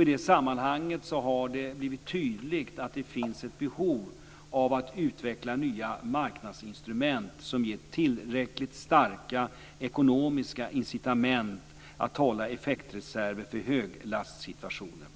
I det sammanhanget har det blivit tydligt att det finns ett behov av att utveckla nya marknadsinstrument som ger tillräckligt starka ekonomiska incitament att hålla effektreserver för höglastsituationer.